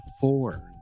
four